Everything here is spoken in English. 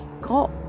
got